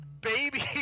baby